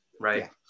right